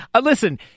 Listen